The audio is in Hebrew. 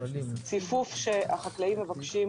ציפוף שהחקלאים מבקשים